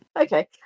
Okay